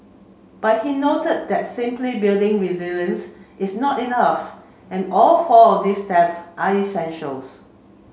but he note that simply building resilience is not enough and all four of these steps are essentials